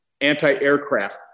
anti-aircraft